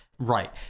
Right